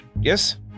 Yes